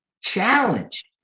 challenge